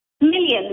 Millions